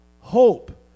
hope